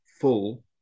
full